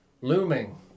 Looming